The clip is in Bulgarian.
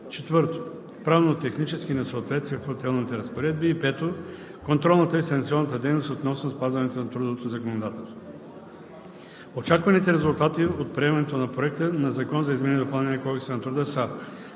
4. Правно-технически несъответствия в отделни разпоредби. 5. Контролната и санкционната дейност относно спазването на трудовото законодателство. Очакваните резултати от приемането на Проекта на закона за изменение и допълнение на Кодекса на труда са: